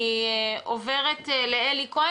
אני פונה לאלי כהן